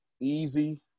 easy